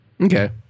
Okay